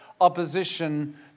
opposition